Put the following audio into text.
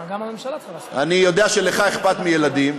אני יודע שלך אכפת מילדים.